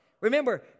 Remember